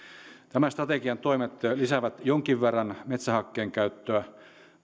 nämä strategian toimet lisäävät jonkin verran metsähakkeen käyttöä